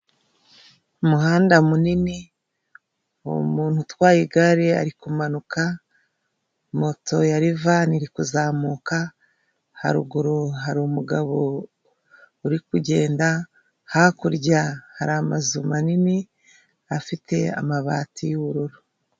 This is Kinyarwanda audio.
Umuhanda munini, uwo muntu utwaye igare ari kumanuka, moto ya rivani iri kuzamuka, haruguru hari umugabo uri kugenda, hakurya hari amazu manini afite amabati y'ubururu.